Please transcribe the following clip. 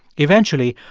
eventually,